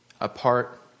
apart